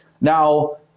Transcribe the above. Now